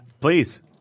please